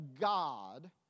God